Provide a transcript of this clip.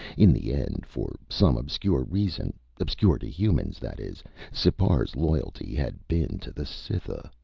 in the end, for some obscure reason obscure to humans, that is sipar's loyalty had been to the cytha.